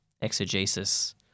exegesis